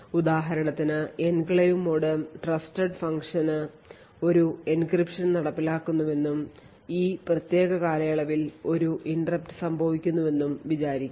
ഉദാഹരണത്തിന് enclave mode trusted function ഒരു encryption നടപ്പിലാക്കുന്നുവെന്നും ഈ പ്രത്യേക കാലയളവിൽ ഒരു interrupt സംഭവിക്കുന്നുവെന്നും വിചാരിക്കുക